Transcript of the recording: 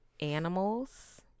animals